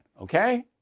Okay